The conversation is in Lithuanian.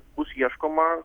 bus ieškoma